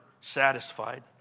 Satisfied